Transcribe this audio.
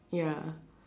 ya